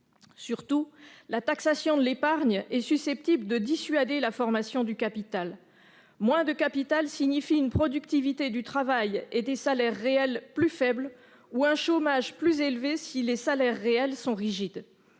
Surtout, la taxation de l'épargne est susceptible de dissuader la formation du capital. Moins de capital signifie une productivité du travail et des salaires réels plus faibles, ou un chômage plus élevé si les salaires réels sont rigides.